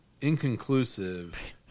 inconclusive